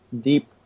deep